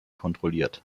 kontrolliert